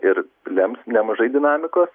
ir lems nemažai dinamikos